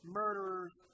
murderers